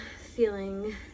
feeling